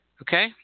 Okay